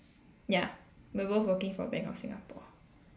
ya we're both working for bank of Singapore